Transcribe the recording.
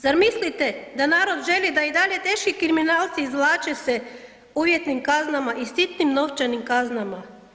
Zar mislite da narod želi da i dalje teški kriminalci izvlače se uvjetnim kaznama i sitnim novčanim kaznama?